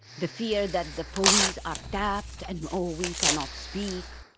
the fear that the phones are tapped and oh we cannot speak!